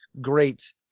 great